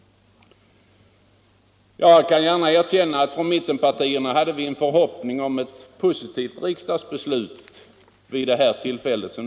Jag kan gärna erkänna att vi från mittenpartierna hyste förhoppning om ett positivt riksdagsbeslut vid detta tillfälle.